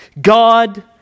God